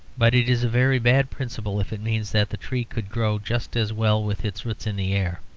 but it is a very bad principle if it means that the tree could grow just as well with its roots in the air.